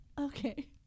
okay